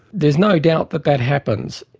there's no doubt that that happens,